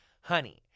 Honey